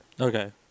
Okay